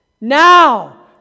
now